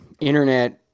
internet